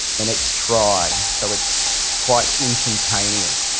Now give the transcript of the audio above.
the next try. so it's quite instantaneous.